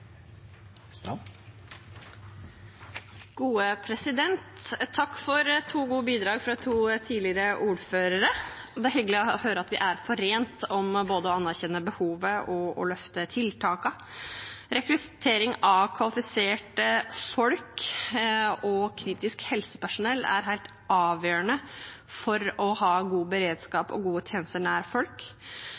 hyggelig å høre at vi er forent om både å anerkjenne behovet og å løfte tiltakene. Rekruttering av kvalifiserte folk og kritisk helsepersonell er helt avgjørende for å ha god beredskap og gode tjenester nær folk.